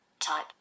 Type